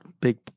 big